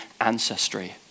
ancestry